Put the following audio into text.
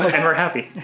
and we're happy.